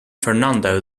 fernando